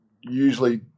usually